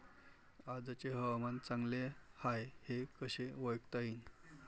आजचे हवामान चांगले हाये हे कसे ओळखता येईन?